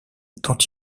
dont